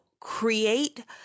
create